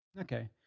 okay